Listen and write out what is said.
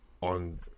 on